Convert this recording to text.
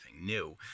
new